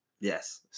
Yes